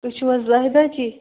تُہۍ چھُو حظ زاہدہ جی